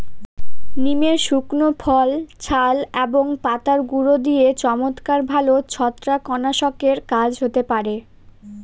নিমের শুকনো ফল, ছাল এবং পাতার গুঁড়ো দিয়ে চমৎকার ভালো ছত্রাকনাশকের কাজ হতে পারে